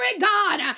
God